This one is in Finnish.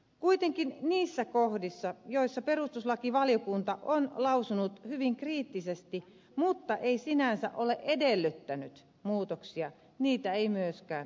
kuitenkin niissä kohdissa joissa perustuslakivaliokunta on lausunut hyvin kriittisesti mutta ei sinänsä ole edellyttänyt muutoksia niitä ei myöskään ole tehty